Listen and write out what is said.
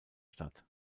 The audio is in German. statt